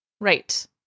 Right